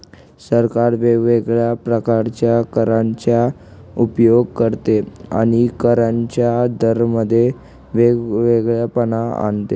सरकार वेगवेगळ्या प्रकारच्या करांचा उपयोग करते आणि करांच्या दरांमध्ये वेगळेपणा आणते